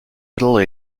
middle